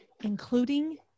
including